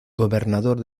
gobernador